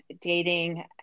dating